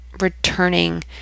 returning